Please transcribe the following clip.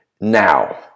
now